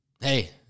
Hey